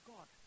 God